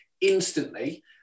instantly